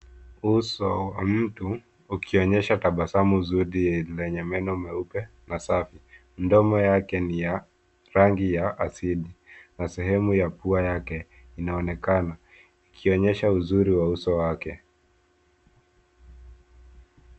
Uso wa mtu ukionyesha tabasamu zuri lenye meno meupe na safi. Mdomo yake ni ya rangi ya asili na sehemu ya pua yake inaonekana ikionyesha uzuri wa uso wake.